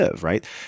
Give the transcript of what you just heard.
Right